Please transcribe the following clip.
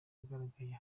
yagaragaye